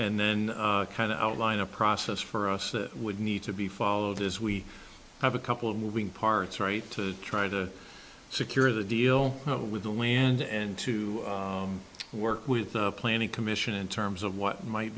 and then kind of outline a process for us that would need to be followed as we have a couple of moving parts right to try to secure the deal with the wind and to work with the planning commission in terms of what might